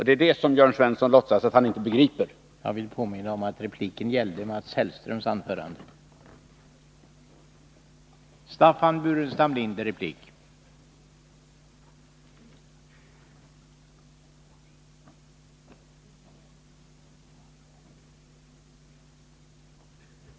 Det är det som Jörn Svensson låtsas att han inte begriper.